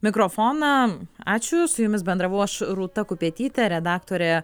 mikrofoną ačiū su jumis bendravau aš rūta kupetytė redaktorė